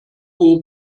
over